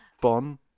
Bon